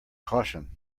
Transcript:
caution